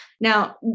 Now